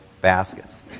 baskets